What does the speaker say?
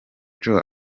joe